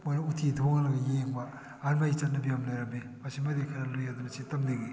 ꯃꯣꯏꯅ ꯎꯠꯇꯤ ꯊꯣꯡꯍꯜꯂꯒ ꯌꯦꯡꯕ ꯆꯠꯅꯕꯤ ꯑꯃ ꯂꯩꯔꯝꯃꯤ ꯑꯁꯤꯃꯗꯤ ꯈꯔ ꯂꯨꯏ ꯑꯗꯨꯅ ꯁꯤ ꯇꯝꯅꯤꯡꯏ